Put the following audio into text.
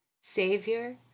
Savior